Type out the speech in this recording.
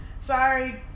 sorry